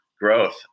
growth